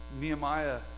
Nehemiah